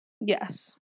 Yes